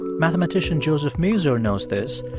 mathematician joseph mazur knows this,